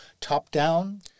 top-down